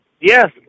Yes